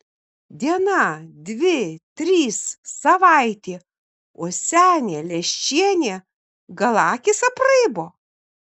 diena dvi trys savaitė o senė leščienė gal akys apraibo